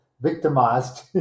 victimized